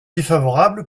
défavorable